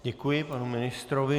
Děkuji panu ministrovi.